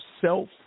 self